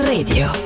Radio